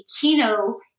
Kino